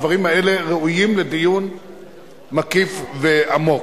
הדברים האלה ראויים לדיון מקיף ועמוק.